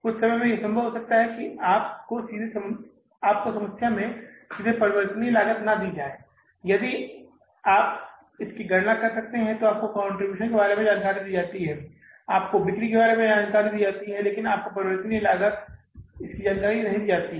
कुछ समय में यह संभव हो सकता है कि आपको समस्या में सीधे परिवर्तनीय लागत नहीं दी जाती है लेकिन आप इसकी गणना कर सकते हैं आपको कंट्रीब्यूशन के बारे में जानकारी दी जाती है आपको बिक्री के बारे में जानकारी दी जाती है लेकिन आपको परिवर्तनीय लागत इसकी जानकारी नहीं दी जाती है